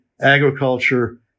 agriculture